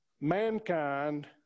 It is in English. mankind